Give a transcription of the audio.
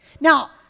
Now